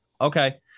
Okay